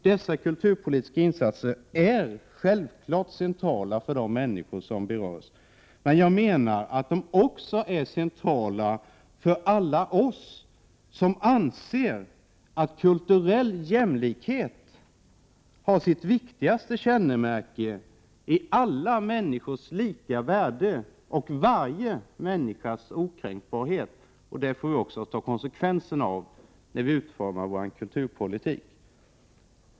Dessa kulturpolitiska insatser är självfallet centrala för de människor som berörs, men de är också centrala för alla oss som anser att kulturell jämlikhet har sitt viktigaste kännemärke i alla människors lika värde och varje människas okränkbarhet. Det får vi också ta konsekvenserna av när vi utformar kulturpolitiken.